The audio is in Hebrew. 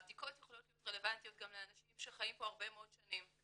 הבדיקות יכולות להיות רלבנטיות גם לאנשים שחיים פה הרבה מאוד שנים,